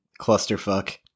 clusterfuck